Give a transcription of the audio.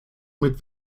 mit